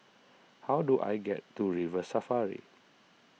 how do I get to River Safari